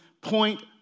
point